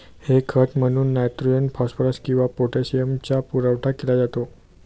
हे खत म्हणून नायट्रोजन, फॉस्फरस किंवा पोटॅशियमचा पुरवठा केला जातो